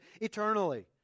eternally